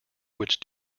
which